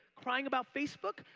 crying about facebook,